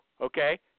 Okay